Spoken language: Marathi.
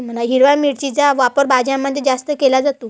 हिरव्या मिरचीचा वापर भाज्यांमध्ये जास्त केला जातो